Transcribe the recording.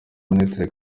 minisitiri